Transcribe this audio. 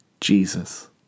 Jesus